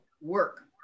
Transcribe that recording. work